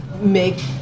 make